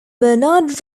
bernard